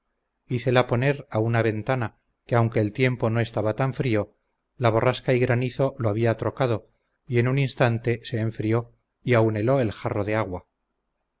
hícela poner a una ventana que aunque el tiempo no estaba tan frío la borrasca y granizo lo había trocado y en un instante se enfrió y aun heló el jarro de agua